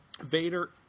Vader